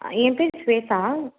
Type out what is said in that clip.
என் பேர் சுவேதா